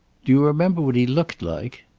do you remember what he looked like?